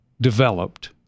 developed